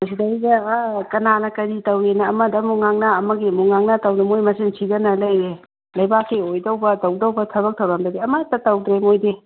ꯃꯁꯤꯗꯩꯁꯤꯗ ꯑꯥ ꯀꯅꯥꯅ ꯀꯔꯤ ꯇꯧꯔꯤꯅ ꯑꯃꯗ ꯑꯃꯨꯛ ꯉꯥꯡꯅ ꯑꯃꯒꯤ ꯑꯃꯨꯛ ꯉꯥꯡꯅ ꯇꯧꯗꯅ ꯃꯣꯏ ꯃꯁꯦꯟ ꯁꯤꯗꯅ ꯂꯩꯔꯦ ꯂꯩꯕꯥꯛꯀꯤ ꯑꯣꯏꯗꯧꯕ ꯇꯧꯗꯧꯕ ꯊꯕꯛ ꯊꯧꯔꯝꯗꯗꯤ ꯑꯃꯇ ꯇꯧꯗ꯭ꯔꯦ ꯃꯣꯏꯗꯤ